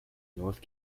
north